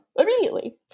immediately